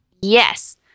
Yes